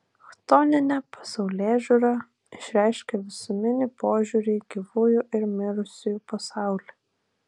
chtoninė pasaulėžiūra išreiškia visuminį požiūrį į gyvųjų ir mirusiųjų pasaulį